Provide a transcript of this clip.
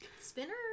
spinner